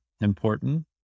important